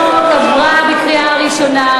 הצעת החוק עברה בקריאה ראשונה.